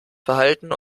verhalten